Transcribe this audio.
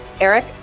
Eric